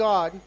God